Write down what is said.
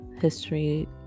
history